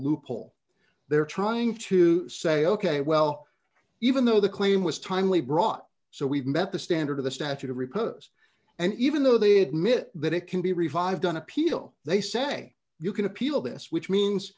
loophole they're trying to say ok well even though the claim was timely brought so we've met the standard of the statute of repose and even though they admit that it can be revived on appeal they say you can appeal this which means